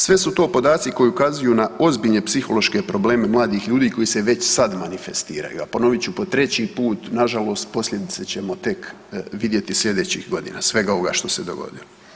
Sve su to podaci koji ukazuju na ozbiljne psihološke probleme mladih ljudi koji se već sad manifestiraju, a ponovit ću po treći put, nažalost, posljedice ćemo tek vidjeti sljedećih godina, svega ovoga što se dogodilo.